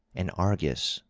and argus,